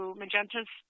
magentas